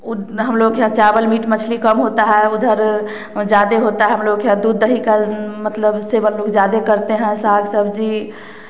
उतना हम लोग के यहाँ चावल मीट मछली कम होता है उधर ज़्यादा होता है हम लोग के यहाँ दूध दही का मतलब सेवन लोग ज़्यादा करते हैं साग सब्जी